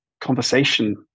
conversation